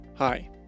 Hi